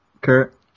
Kurt